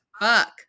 fuck